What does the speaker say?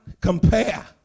compare